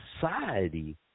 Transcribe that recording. society